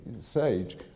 sage